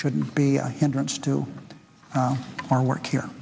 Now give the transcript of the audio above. shouldn't be a hindrance to our work here